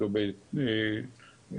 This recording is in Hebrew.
שמעתם מקודם את הדברים של ד"ר גל מאירי,